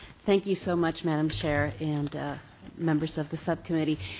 thank you so much, madam chair and members of the subcommittee.